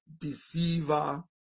deceiver